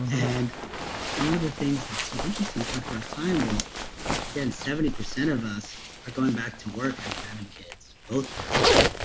and one of the things that's so interesting, you talk about time. well again, seventy percent of us are going back to work after having kids both parents.